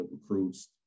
recruits